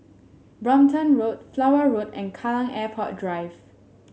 Brompton Road Flower Road and Kallang Airport Drive